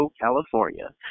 California